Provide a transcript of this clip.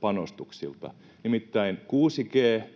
panostuksilta. Nimittäin 6G,